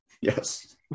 Yes